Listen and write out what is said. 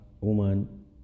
woman